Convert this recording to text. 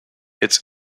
its